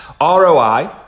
ROI